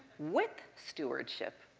with stewardship,